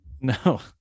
No